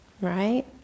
right